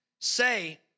say